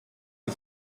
est